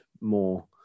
more